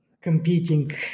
competing